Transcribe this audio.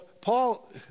Paul